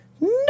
No